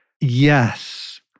yes